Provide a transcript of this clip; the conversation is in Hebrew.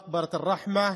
מקברת א-רחמה,